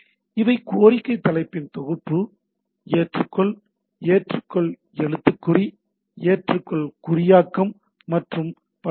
இவை கோரிக்கை தலைப்பின் தொகுப்பு ஏற்றுக்கொள் ஏற்றுக்கொள் எழுத்துக்குறி ஏற்றுக்கொள் குறியாக்கம் மற்றும் பல ஆகும்